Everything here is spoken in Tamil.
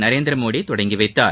நரேந்திரமோடி தொடங்கி வைத்தார்